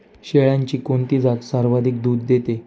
शेळ्यांची कोणती जात सर्वाधिक दूध देते?